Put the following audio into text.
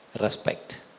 respect